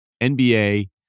NBA